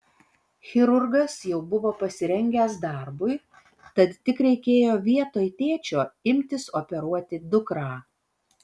chirurgas jau buvo pasirengęs darbui tad tik reikėjo vietoj tėčio imtis operuoti dukrą